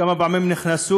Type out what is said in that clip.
כמה פעמים נכנסו,